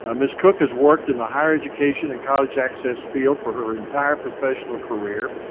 ah ms. cook has worked in the higher education and college access field for her entire professional career,